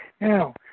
Now